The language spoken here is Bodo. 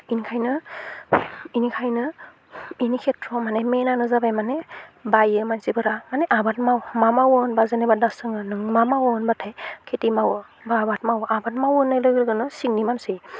बिनिखायनो बिनिखायनो बिनि खेथ्रआव माने मेनआनो जाबाय माने बायो मानसिफोरा माने आबाद माव मा मावो होनबा जेनेबा दा सोङो नों मा मावो होनबाथाय खेथि मावो बा आबाद मावो आबाद मावो होननाय लोगो लोगोनो सिंनि मानसि